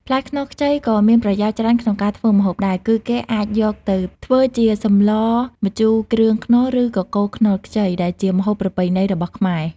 ផ្លែខ្នុរខ្ចីក៏មានប្រយោជន៍ច្រើនក្នុងការធ្វើម្ហូបដែរ គឺគេអាចយកវាទៅធ្វើជា សម្លម្ជូរគ្រឿងខ្នុរ ឬ កកូរខ្នុរខ្ចី ដែលជាម្ហូបប្រពៃណីរបស់ខ្មែរ។